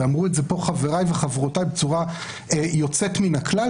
ואמרו את זה פה חבריי וחברותיי בצורה יוצאת מן הכלל,